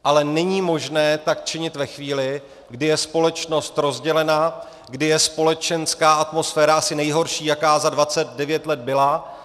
Ale není možné tak činit ve chvíli, kdy je společnost rozdělena, kdy je společenská atmosféra asi nejhorší, jaká za 29 let byla.